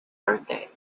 birthday